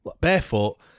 barefoot